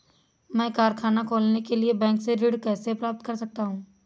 मैं कारखाना खोलने के लिए बैंक से ऋण कैसे प्राप्त कर सकता हूँ?